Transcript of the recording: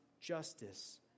justice